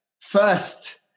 first